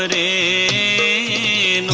ah a